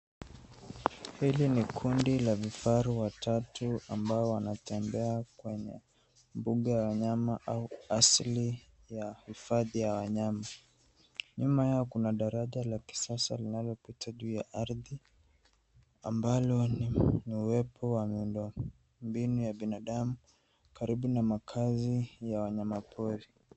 Hili ni kundi la vifaru watatu amabao wanatembea kwenye mbuga ya wanyama au asili ya hifadhi ya wanyama. Nyuma yao kuna daraja la kisasa linalopita juu ya ardhi ambalo ni uwepo wa mbinu ya miundo msingi ya binadamu karibu na makazi ya wanyama pori.